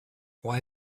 why